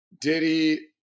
Diddy